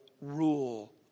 rule